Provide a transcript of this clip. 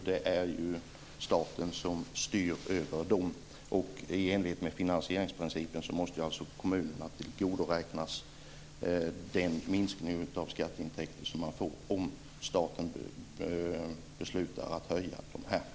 Det är ju staten som styr över dem. I enlighet med finansieringsprincipen måste kommunerna tillgodoräknas minskningen av skatteintäkterna om staten beslutar att höja grundavdragen.